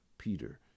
Peter